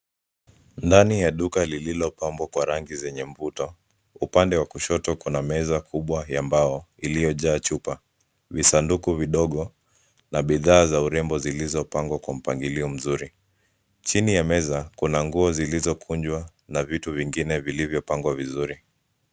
Ndani ya duka lililo pambwa kwa rangi zenye mvuto, upande wa kushoto kuna meza kubwa ya mbao, iliyojaa chupa, visanduku vidogo, na bidhaa za urembo zilizopangwa kwa mpangilio mzuri. Chini ya meza, kuna nguo zilizokunjwa, na vitu vingine vilivyopangwa vizuri.